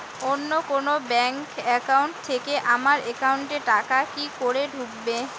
অন্য কোনো bank account থেকে আমার একাউন্ট এ টাকা কি করে ঢুকবে?